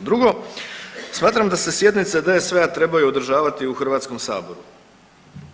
Drugo, smatram da se sjednice DSV-a trebaju održavati u HS-u,